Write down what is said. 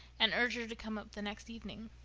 and urged her to come up the next evening.